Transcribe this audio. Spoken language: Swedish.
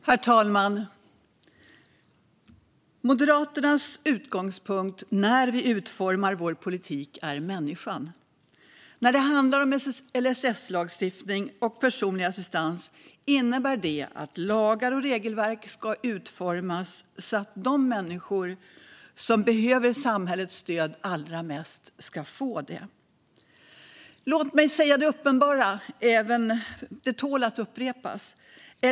Herr talman! Moderaternas utgångspunkt när vi utformar vår politik är människan. När det handlar om LSS-lagstiftning och personlig assistans innebär det att lagar och regelverk ska utformas så att de människor som behöver samhällets stöd allra mest ska få det. Låt mig säga det uppenbara; det tål att upprepas.